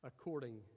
according